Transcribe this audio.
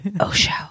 Osho